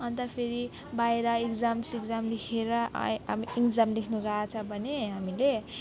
अन्त फेरि बाहिर इक्जाम सिक्जाम लेखेर आए अब इक्जाम लेख्नु गएको छ भने हामीले